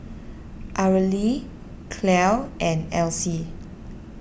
Arely Clell and Elsie